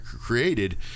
created